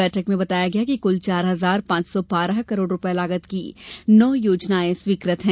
बैठक में बताया गया कि कृल चार हजार पांच सौ बारह करोड़ रूपये लागत की नो योजनाए स्वीकृत हैं